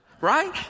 right